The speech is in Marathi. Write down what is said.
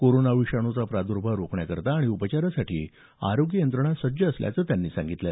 कोरोना विषाणूचा प्रादुर्भाव रोखण्याकरता आणि उपचारासाठी आरोग्य यंत्रणा सज्ज असल्याचं त्यांनी सांगितलं